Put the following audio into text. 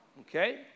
Okay